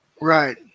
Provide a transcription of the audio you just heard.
Right